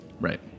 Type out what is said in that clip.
Right